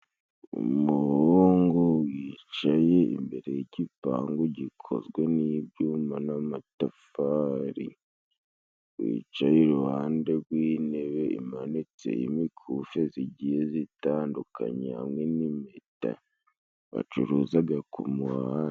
Umuhungu wicaye imbere y'igipangu gikozwe n'ibyuma n'amatafari. Wicaye iruhande rw'intebe imanitse y'imikufi zigiye zitandukanye hamwe n'impeta, bacuruzaga ku muhanda.